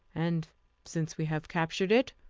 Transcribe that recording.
and since we have captured it,